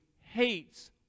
hates